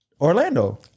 Orlando